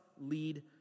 lead